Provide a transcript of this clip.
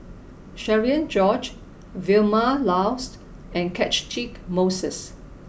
Cherian George Vilma Laus and Catchick Moses